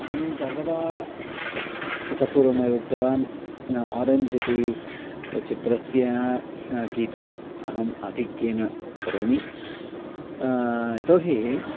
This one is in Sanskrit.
अहं सर्वदा इतः पूर्वमेव उक्तवान् आरेञ्ज् इति चित्रस्य स गीतं अहम् आधिक्येन करोमि यतो हि